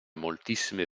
moltissime